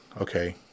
okay